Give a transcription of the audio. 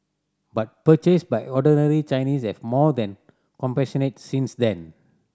but purchase by ordinary Chinese have more than compensated since then